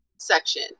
section